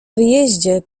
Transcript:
wyjeździe